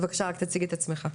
בבקשה, רק תציג את עצמך.